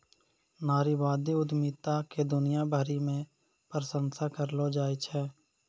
नारीवादी उद्यमिता के दुनिया भरी मे प्रशंसा करलो जाय छै